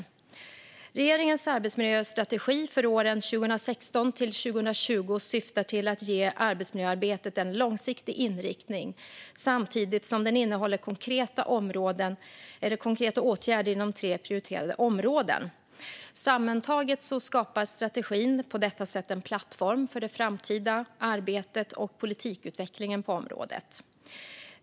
Regeringens arbetsmiljöstrategi för åren 2016-2020 syftar till att ge arbetsmiljöarbetet en långsiktig inriktning, samtidigt som den innehåller konkreta åtgärder inom tre prioriterade områden. Sammantaget skapar strategin på detta sätt en plattform för det framtida arbetet och politikutvecklingen på området.